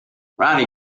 ronnie